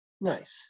nice